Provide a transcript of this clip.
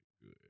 Good